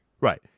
right